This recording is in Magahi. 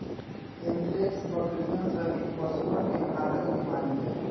एंथ्रेक्स बकरियन सहित पशुअन के घातक बीमारी हई